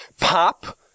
POP